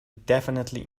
definitely